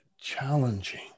challenging